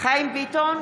חיים ביטון,